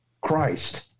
Christ